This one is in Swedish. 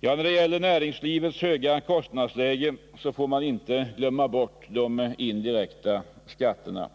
När det gäller näringslivets höga kostnadsläge får man inte glömma bort de indirekta skatterna.